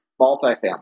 multifamily